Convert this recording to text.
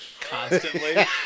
Constantly